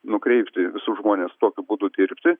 nukreipti visus žmones tokiu būdu dirbti